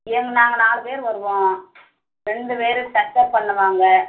எங்கே நாங்கள் நாலு பேர் வருவோம் ரெண்டு பேர் டச் அப் பண்ணுவாங்க